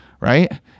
right